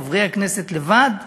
חברי הכנסת לבדם